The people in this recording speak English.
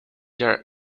their